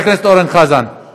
מעניין אותך?